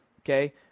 Okay